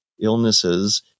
illnesses